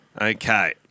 Okay